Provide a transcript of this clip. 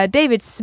David